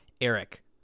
Eric